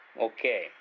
Okay